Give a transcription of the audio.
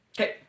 Okay